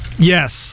Yes